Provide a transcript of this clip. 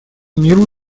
миру